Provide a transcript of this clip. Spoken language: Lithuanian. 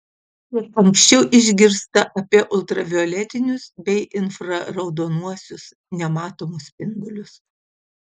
kiek anksčiau išgirsta apie ultravioletinius bei infraraudonuosius nematomus spindulius